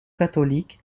catholique